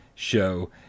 show